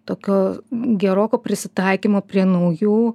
tokio geroko prisitaikymo prie naujų